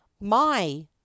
My